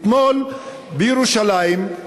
אתמול בירושלים,